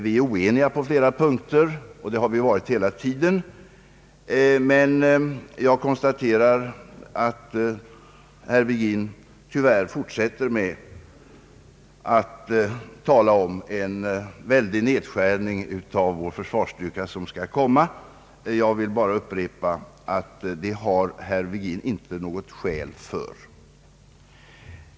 Vi är oeniga på flera punkter, och det har vi varit hela tiden. Men jag konstaterar ett herr Virgin tyvärr fortsätter med att tala om att det kommer att bli en väldig nedskärning av vår försvarsstyrka. Jag vill bara upprepa att herr Virgin inte har något skäl för det.